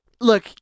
Look